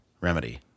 remedy